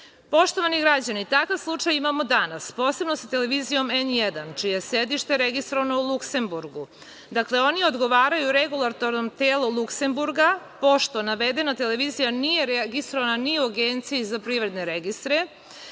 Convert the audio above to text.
priznate. Poštovani građani, takav slučaj imamo danas, posebno sa televizijom „N1“, čije je sedište registrovano u Luksemburgu. Dakle, oni odgovaraju Regulatornom telu Luksemburga, pošto navedena televizija nije registrovana ni u APR-u, ni kao pružalac medijskih